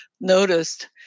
noticed